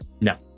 No